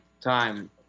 time